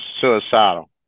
suicidal